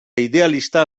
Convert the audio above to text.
idealista